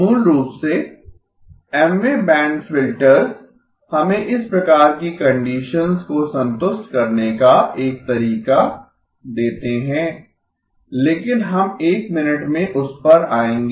मूल रूप से Mवें बैंड फिल्टर्स हमें इस प्रकार की कंडीशंस को संतुष्ट करने का एक तरीका देते हैं लेकिन हम एक मिनट में उस पर आयेंगें